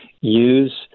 use